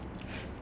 mm